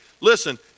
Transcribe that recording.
listen